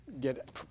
get